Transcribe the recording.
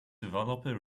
developer